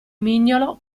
mignolo